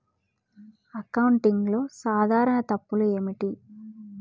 అకౌంటింగ్లో సాధారణ తప్పులు ఏమిటి?